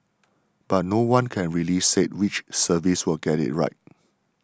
but no one can really say which service will get it right